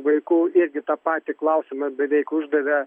vaiku irgi tą patį klausimą beveik uždavė